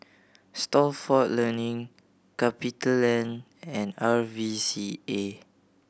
Stalford Learning CapitaLand and R V C A